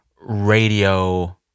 radio